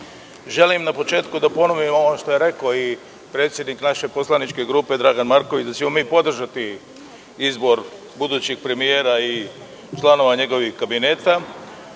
na početku da ponovim ono što je rekao predsednik naše poslaničke grupe Dragan Marković, da ćemo mi podržati izbor budućeg premijera i članova njegovih kabineta. Slušali